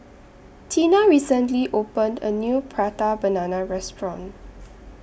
Teena recently opened A New Prata Banana Restaurant